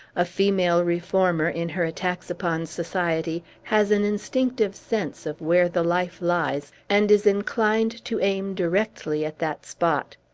a female reformer, in her attacks upon society, has an instinctive sense of where the life lies, and is inclined to aim directly at that spot.